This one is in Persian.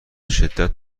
شدت